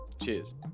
Cheers